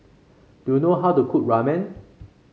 do you know how to cook Ramen